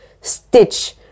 stitch